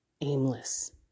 aimless